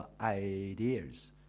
ideas